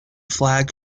flag